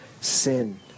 sin